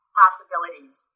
possibilities